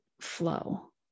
flow